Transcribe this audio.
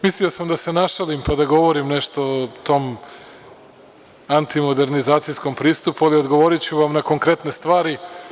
Mislio da se našalim pa da govorim nešto o tom antimodernizacijskom pristupu, ali odgovoriću vam na konkretne stvari.